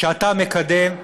שאתה מקדם,